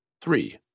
Three